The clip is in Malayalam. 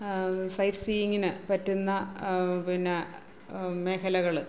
സൈറ്റ് സീയിങ്ങിന് പറ്റുന്ന പിന്നെ മേഖലകള്